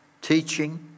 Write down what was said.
teaching